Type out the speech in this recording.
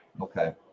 Okay